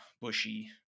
Bushy